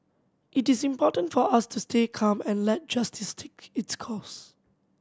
it is important for us to stay calm and let justice take its course